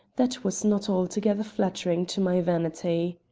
that was not altogether flattering to my vanity.